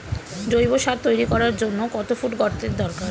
জৈব সার তৈরি করার জন্য কত ফুট গর্তের দরকার?